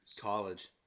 College